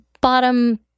bottom